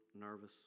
nervous